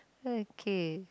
okay